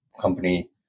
company